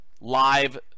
live